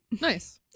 nice